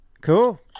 Cool